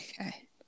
Okay